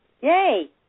Yay